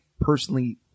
personally